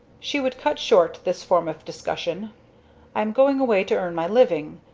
she would cut short this form of discussion i am going away to earn my living.